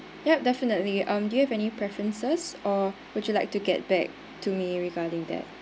yup definitely um do you have any preferences or would you like to get back to me regarding that